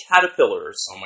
caterpillars